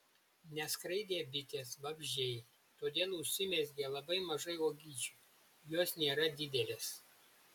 neskraidė bitės vabzdžiai todėl užsimezgė labai mažai uogyčių jos nėra didelės